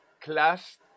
class